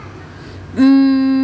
mm